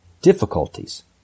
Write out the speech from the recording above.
difficulties